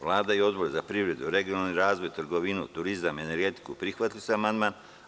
Vlada i Odbor za privredu, regionalni razvoj, trgovinu, turizam i energetiku, prihvatili su amandman.